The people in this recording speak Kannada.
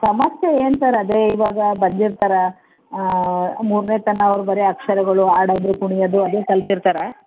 ಸಮಸ್ಯೆ ಏನು ಸರ್ ಅದೇ ಇವಾಗ ಬಂದಿರ್ತಾರೆ ಮೂರನೇ ತನ ಅವ್ರು ಬರೀ ಅಕ್ಷರಗಳು ಆಡೋದು ಕುಣಿಯೋದು ಅದೇ ಕಲ್ತಿರ್ತಾರೆ